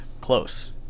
Close